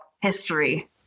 history